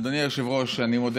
אדוני היושב-ראש, אני מודה